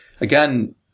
again